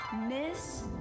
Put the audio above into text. Miss